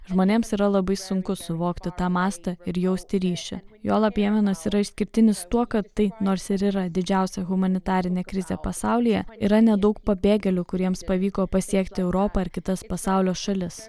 žmonėms yra labai sunku suvokti tą mastą ir jausti ryšį juolab jemenas yra išskirtinis tuo kad tai nors ir yra didžiausia humanitarinė krizė pasaulyje yra nedaug pabėgėlių kuriems pavyko pasiekti europą ar kitas pasaulio šalis